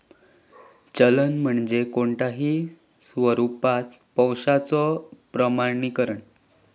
चलन म्हणजे कोणताही स्वरूपात पैशाचो प्रमाणीकरण